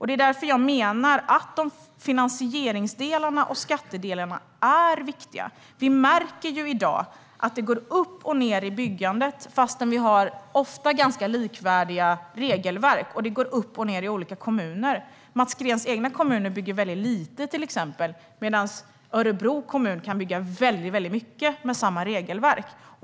Därför menar jag att finansierings och skattedelarna är viktiga. Vi märker i dag att det går upp och ned i byggandet fast vi ofta har ganska likvärdiga regelverk, och det går upp och ned i olika kommuner. Mats Greens egen kommun bygger till exempel väldigt lite, medan Örebro kommun kan bygga mycket med samma regelverk.